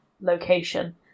location